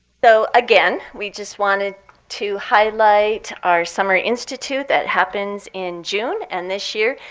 so again, we just wanted to highlight our summer institute that happens in june. and this year,